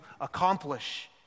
accomplish